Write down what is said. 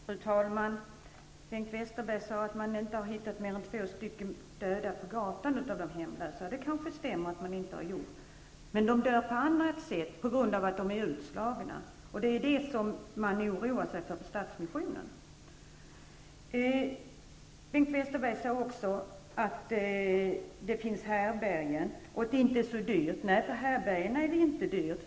Fru talman! Bengt Westerberg sade att man inte har hittat mer än två av de hemlösa döda på gatan. Det kanske stämmer. Men de dör på annat sätt på grund av att de är utslagna. Det är det som man oroar sig för på Stadsmissionen. Bengt Westerberg sade också att det finns härbärgen, och att det inte är så dyrt. Nej, på härbärgena är det inte dyrt.